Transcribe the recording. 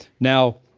now,